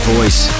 Voice